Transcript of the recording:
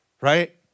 right